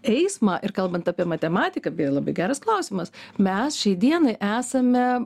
eismą ir kalbant apie matematiką beje labai geras klausimas mes šiai dienai esame